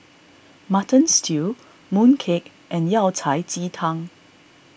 Mutton Stew Mooncake and Yao Cai Ji Tang